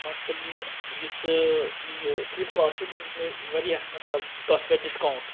مَطلَب یُس یہِ فلپکاٹ چھُ تٔمۍ دیُت مےٚ واریاہ مَطلَب تتھ پیٚٹھ ڈِسکاوُنٹ